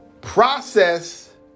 Process